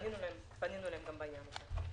פנינו אליהם בעניין הזה.